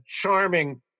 charming